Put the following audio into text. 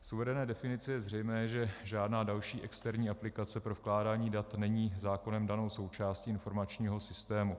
Z uvedené definice je zřejmé, že žádná další externí aplikace pro vkládání dat není zákonem danou součástí informačního systému.